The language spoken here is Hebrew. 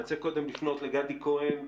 אני רוצה קודם לפנות לגדי כהן,